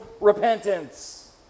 repentance